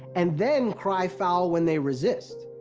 and then cry foul when they resist.